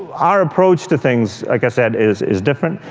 our approach to things, like i said, is is different.